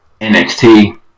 NXT